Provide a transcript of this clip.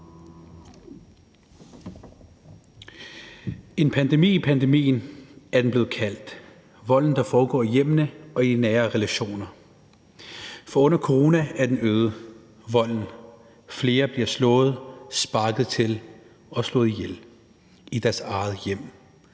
En pandemi i pandemien er volden, der foregår i hjemmene og i nære relationer, blevet kaldt, for under coronaen er volden øget. Flere bliver slået, sparket til og slået ihjel i deres eget hjem,